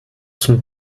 zum